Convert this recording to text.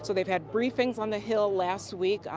so they have had briefings on the hill last week.